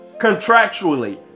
contractually